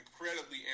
incredibly